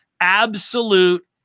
absolute